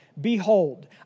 Behold